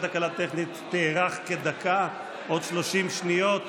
טכנית, תארך כדקה, עוד 30 שניות,